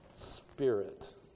Spirit